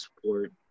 support